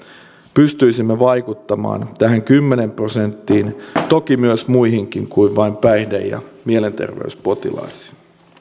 pystyisimme vaikuttamaan tähän kymmeneen prosenttiin toki myös muihinkin kuin vain päihde ja mielenterveyspotilaisiin